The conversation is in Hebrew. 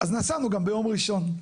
אז נסענו גם ביום ראשון.